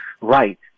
Right